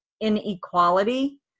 inequality